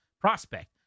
prospect